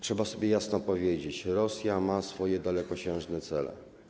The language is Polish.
Trzeba sobie jasno powiedzieć: Rosja ma swoje dalekosiężne cele.